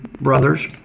brothers